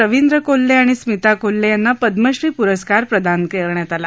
रवींद्र कोल्हआणि स्मिता कोल्ह्यिंना पद्मश्री पुरस्कार प्रदान कल्ला